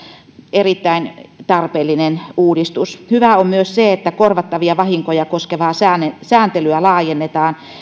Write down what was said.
erittäin tarpeellinen uudistus hyvää on myös se että korvattavia vahinkoja koskevaa sääntelyä laajennetaan